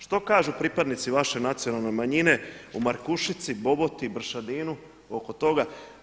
Što kažu pripadnici vaše nacionalne manjine u Markušici, Boboti, Bršadinu oko toga?